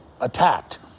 attacked